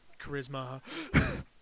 charisma